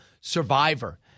survivor